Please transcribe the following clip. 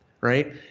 right